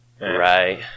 Right